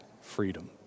freedom